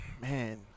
Man